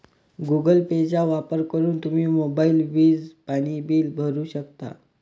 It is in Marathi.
गुगल पेचा वापर करून तुम्ही मोबाईल, वीज, पाणी बिल भरू शकता